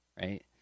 right